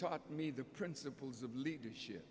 taught me the principles of leadership